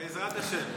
בעזרת השם.